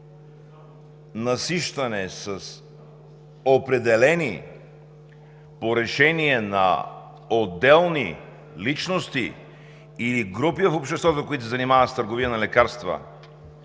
насищане с определени по решение на отделни личности или групи в обществото, които се занимават с търговия на лекарства,